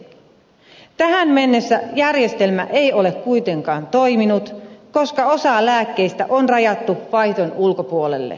tähän mennessä järjestelmä ei ole kuitenkaan toiminut koska osa lääkkeistä on rajattu vaihdon ulkopuolelle